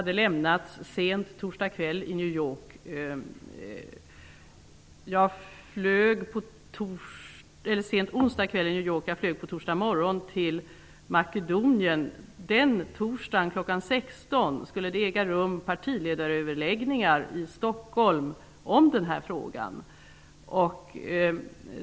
Det beskedet lämnades sent onsdag kväll i New York. Jag flög på torsdag morgon till Makedonien. Kl. 16.00 den torsdagen skulle partiledaröverläggningar äga rum i Stockholm om frågan.